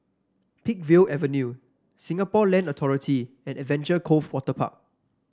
Peakville Avenue Singapore Land Authority and Adventure Cove Waterpark